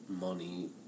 money